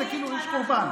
כאילו יש קורבן.